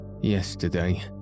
yesterday